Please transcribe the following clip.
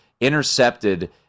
intercepted